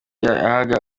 yahaga